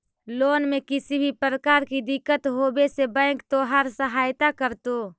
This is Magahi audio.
लोन में किसी भी प्रकार की दिक्कत होवे से बैंक तोहार सहायता करतो